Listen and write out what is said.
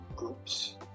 groups